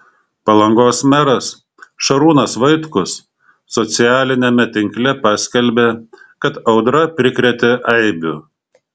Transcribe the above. palangos meras šarūnas vaitkus socialiniame tinkle paskelbė kad audra prikrėtė eibių